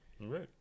Right